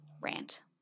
rant